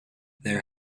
there